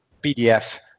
PDF